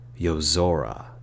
Yozora